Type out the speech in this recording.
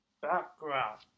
Background